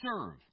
serve